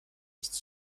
nichts